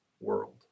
world